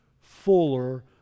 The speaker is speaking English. fuller